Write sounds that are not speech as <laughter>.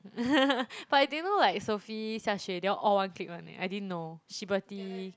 <laughs> but I didn't know like Sophie Xia-Xue they all all one clique one eh I didn't know Shiberty